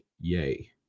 yay